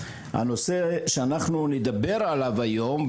הנושא שאנחנו נדבר עליו היום,